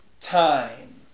time